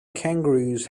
kangaroos